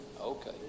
Okay